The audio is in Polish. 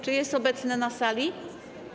Czy jest obecny na sali?